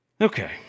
Okay